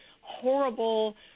horrible